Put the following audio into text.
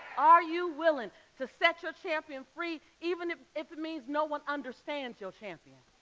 are you willing to set your champion free even if if it means no one understands your champion?